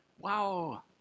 wow